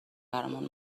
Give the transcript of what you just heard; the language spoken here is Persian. برامون